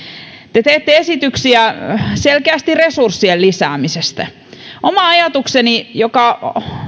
te te teette esityksiä selkeästi resurssien lisäämisestä oma ajatukseni joka